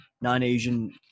non-Asian